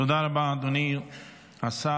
תודה רבה, אדוני השר.